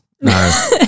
no